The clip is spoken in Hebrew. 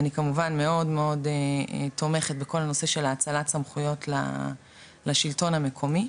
אני כמובן מאוד מאוד תומכת בכל הנושא של האצלת סמכויות לשלטון המקומי.